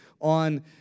on